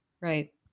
right